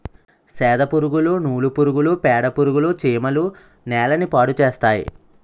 సెదపురుగులు నూలు పురుగులు పేడపురుగులు చీమలు నేలని పాడుచేస్తాయి